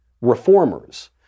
reformers